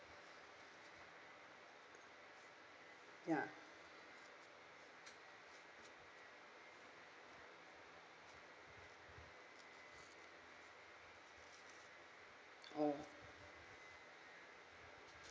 ya oh